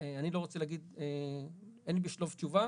אני לא רוצה להגיד, אין לי בשלוף תשובה.